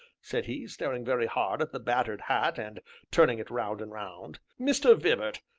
said he, staring very hard at the battered hat, and turning it round and round, mr. vibart,